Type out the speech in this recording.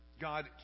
God